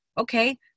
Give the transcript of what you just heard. Okay